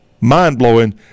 mind-blowing